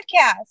podcast